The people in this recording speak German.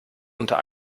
unter